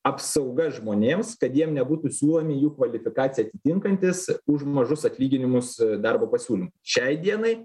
apsauga žmonėms kad jiem nebūtų siūlomi jų kvalifikaciją atitinkantys už mažus atlyginimus darbo pasiūlymai šiai dienai